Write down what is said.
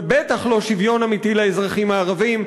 ובטח לא שוויון אמיתי לאזרחים הערבים,